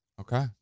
Okay